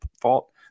fault